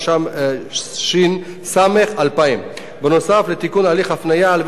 התש"ס 2000. נוסף על תיקון הליך ההפניה לבית-המשפט